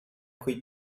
cui